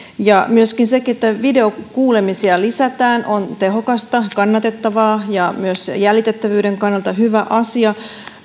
ja myöskin se että videokuulemisia lisätään on tehokasta kannatettavaa ja myös jäljitettävyyden kannalta hyvä asia